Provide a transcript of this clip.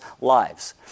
lives